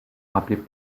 rappelait